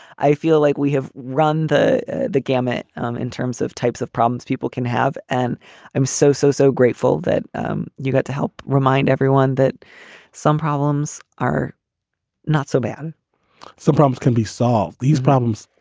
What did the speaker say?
i feel like we have run the the gamut um in terms of types of problems people can have. and i'm so, so, so grateful that um you got to help remind everyone that some problems are not so bad some problems can be solved. these problems.